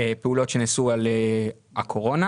פעולות שנעשו על הקורונה,